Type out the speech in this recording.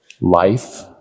life